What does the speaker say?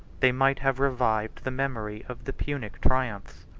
they might have revived the memory of the punic triumphs.